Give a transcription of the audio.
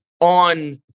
on